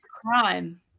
crime